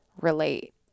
relate